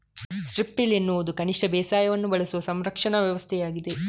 strip till ಎನ್ನುವುದು ಕನಿಷ್ಟ ಬೇಸಾಯವನ್ನು ಬಳಸುವ ಸಂರಕ್ಷಣಾ ವ್ಯವಸ್ಥೆಯಾಗಿದೆ